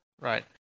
right